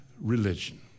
religion